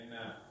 Amen